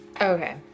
Okay